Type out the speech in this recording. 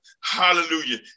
hallelujah